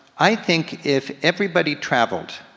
i think if everybody traveled,